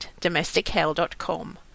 domestichell.com